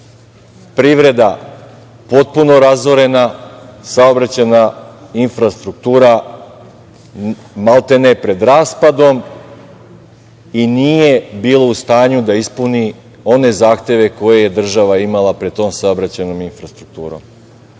privreda potpuno razorena, saobraćajna infrastruktura maltene pred raspadom i nije bila u stanju da ispuni one zahteve koje je država imala pred tom saobraćajnom infrastrukturom. Srbija